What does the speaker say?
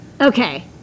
Okay